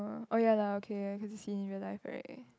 oh ya lah okay cause seen in real life right